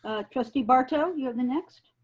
trustee barto you have the next.